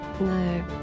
No